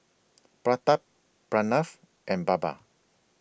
Pratap Pranav and Baba